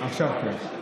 עכשיו כן.